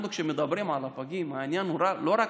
כשאנחנו מדברים על הפגים, העניין הוא לא רק